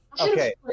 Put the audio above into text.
Okay